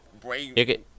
brave